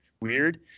weird